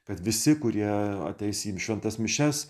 kad visi kurie ateis į šventas mišias